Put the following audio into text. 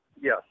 Yes